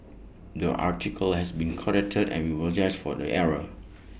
the article has been corrected and we apologise for the error